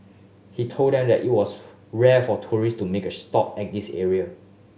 he told that them it was rare for tourist to make a stop at this area